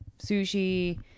sushi